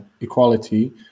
equality